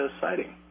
sighting